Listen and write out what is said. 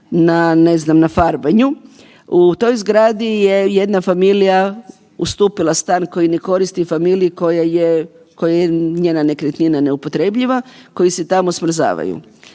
na farbanju. U toj zgradi je jedna familija ustupila stan koji ne koristi familiji koja je, koja je njena nekretnina neupotrebljiva, koji se tamo smrzavaju.